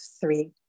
three